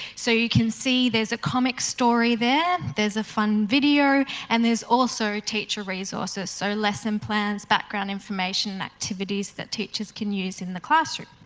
so, you can see there's a comic story there, there's a fun video and there's also teacher resources. so, lesson plans, background information, activities that teachers can use in the classroom.